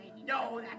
No